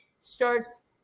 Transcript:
starts